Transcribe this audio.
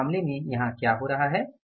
तो इस मामले में यहाँ क्या हो रहा है